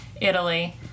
Italy